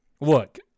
look